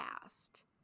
past